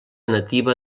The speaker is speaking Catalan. nativa